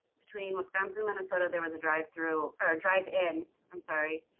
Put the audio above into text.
between wisconsin minnesota. there was a drive-through or drive-in. i'm sorry.